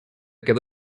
quedó